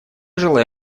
желаю